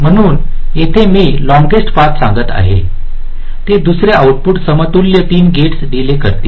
म्हणून येथे मी लॉंगेस्ट पाथ सांगत आहे ते दुसरे आउटपुट समतुल्य 3 गेटस डीले करतील